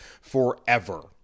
forever